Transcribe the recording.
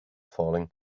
falling